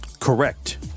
Correct